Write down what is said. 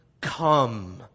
come